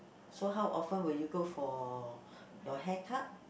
so how often will you go for your hair cut